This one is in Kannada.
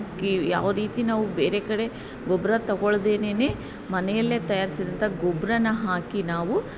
ಯಾವ ರೀತಿ ನಾವು ಬೇರೆ ಕಡೆ ಗೊಬ್ಬರ ತಗೊಳ್ದೇನೆ ಮನೆಯಲ್ಲೇ ತಯಾರಿಸಿದಂಥ ಗೊಬ್ಬರನ ಹಾಕಿ ನಾವು